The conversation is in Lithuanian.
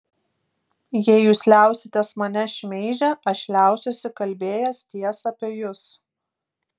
jei jūs liausitės mane šmeižę aš liausiuosi kalbėjęs tiesą apie jus